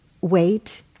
wait